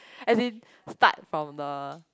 as in start from the